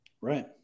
Right